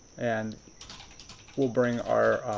and we'll bring our